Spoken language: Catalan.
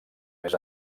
més